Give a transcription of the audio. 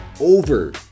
over